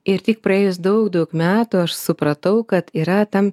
ir tik praėjus daug daug metų aš supratau kad yra tam